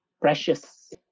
precious